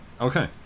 Okay